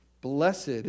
Blessed